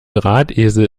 drahtesel